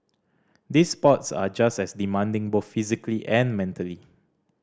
these sports are just as demanding both physically and mentally